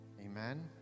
Amen